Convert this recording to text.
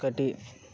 ᱠᱟᱹᱴᱤᱜ